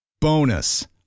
Bonus